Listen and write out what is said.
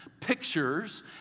pictures